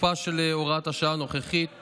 תוקפה של הוראת השעה הנוכחית